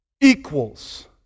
equals